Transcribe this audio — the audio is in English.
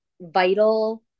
vital